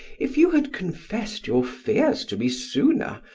if you had confessed your fears to me sooner,